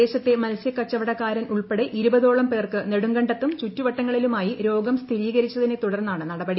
പ്രദേശത്തെ മത്സൃ കച്ചവടക്കാരൻ ഉൾപ്പെടെ ഇരുപതോളം പേർക്ക് നെടുങ്കണ്ടത്തും ചുറ്റുവട്ടങ്ങളിലുമായി രോഗം സ്ഥിരീകരിച്ചതിനെ തുടർന്നാണ് നടപടി